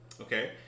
okay